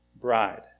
bride